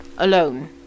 Alone